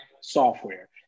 software